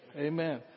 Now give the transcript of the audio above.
amen